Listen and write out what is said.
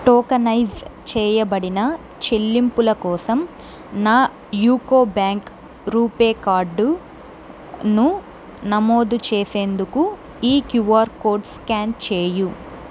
tokenise చేయబడిన చెల్లింపుల కోసం నా యూకో బ్యాంక్ రూపే కార్డు ను నమోదు చేసేందుకు ఈ క్యూఆర్ కోడ్ స్కాన్ చెయ్యి